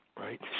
right